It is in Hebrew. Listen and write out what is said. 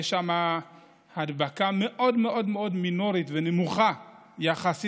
יש שם הדבקה מאוד מאוד מאוד מינורית ונמוכה יחסית